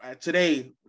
today